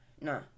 No